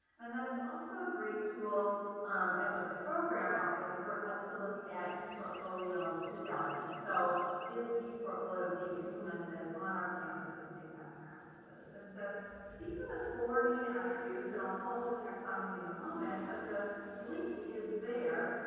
and then it's also a great tool as a program office for us to look at e portfolio fidelity. so is e portfolio being implemented on our campus using best practices. and so these are the four main attributes and i'll pull up the taxonomy in a moment, but the link is there,